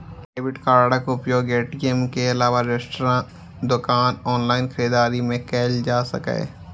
debit कार्डक उपयोग ATM के अलावे रेस्तरां, दोकान, ऑनलाइन खरीदारी मे कैल जा सकैए